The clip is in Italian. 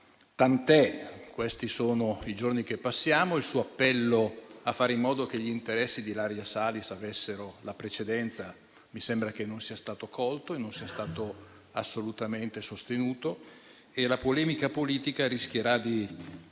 tant'è, questi sono i giorni che passiamo. Il suo appello a fare in modo che gli interessi di Ilaria Salis avessero la precedenza mi sembra che non sia stato colto e non sia stato assolutamente sostenuto. La polemica politica rischierà di